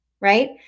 Right